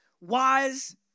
wise